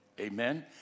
Amen